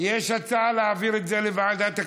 יש הצעה להעביר את זה לוועדת הכלכלה.